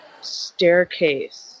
staircase